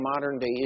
modern-day